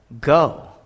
Go